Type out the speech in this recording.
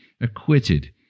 acquitted